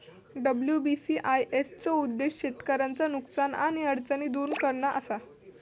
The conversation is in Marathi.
डब्ल्यू.बी.सी.आय.एस चो उद्देश्य शेतकऱ्यांचा नुकसान आणि अडचणी दुर करणा असा